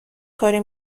کاری